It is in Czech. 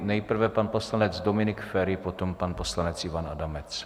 Nejprve pan poslanec Dominik Feri, potom pan poslanec Ivan Adamec.